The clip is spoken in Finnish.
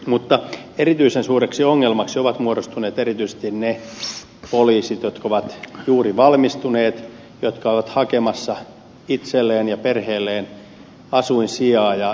mutta erityisen suureksi ongelmaksi ovat muodostuneet erityisesti ne poliisit jotka ovat juuri valmistuneet jotka ovat hakemassa itselleen ja perheelleen asuinsijaa ja asuinpaikkakuntaa